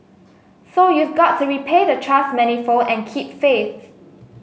so you've got to repay the trust manifold and keep faith